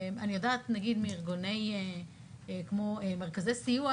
אני יודעת ממרכזי סיוע,